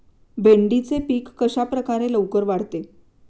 भेंडीचे पीक कशाप्रकारे लवकर वाढते?